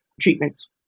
treatments